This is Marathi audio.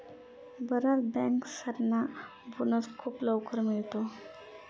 बर्याच बँकर्सना बोनस खूप लवकर मिळतो